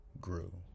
Grew